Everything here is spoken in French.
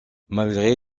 malgré